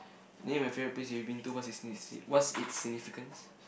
name your favourite place you've been to what's its signi~ what's it's significance